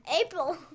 April